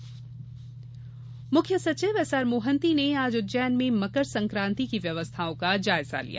उज्जैन मोहन्ती मुख्य सचिव S R Mohanty ने आज उज्जैन में मकर संकांति की व्यवस्थाओं का जायजा लिया